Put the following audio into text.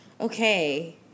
Okay